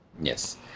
Yes